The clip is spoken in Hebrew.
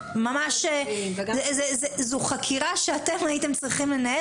זו חקירה שאתם הייתם צריכים לנהל,